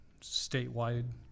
statewide